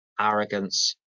arrogance